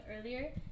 earlier